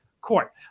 court